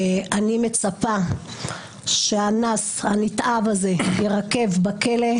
אני מצפה שהאנס הנתעב הזה יירקב בכלא,